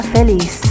Feliz